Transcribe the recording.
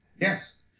Yes